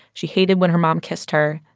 she hated when her mom kissed her.